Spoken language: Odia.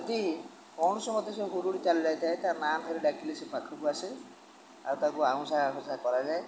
ଯଦି କୌଣସି ମତେ ସେ ଚାଲି ଯାଇଥାଏ ତା ନାଁ ଧରି ଡ଼ାକିଲେ ସେ ପାଖକୁ ଆସେ ଆଉ ତାକୁ ଆଉଁସା ଆଉଁସା କରାଯାଏ